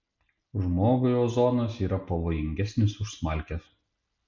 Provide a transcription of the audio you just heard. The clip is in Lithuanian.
žmogui ozonas yra pavojingesnis už smalkes